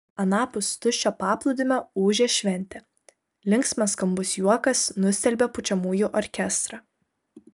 anapus tuščio paplūdimio ūžė šventė linksmas skambus juokas nustelbė pučiamųjų orkestrą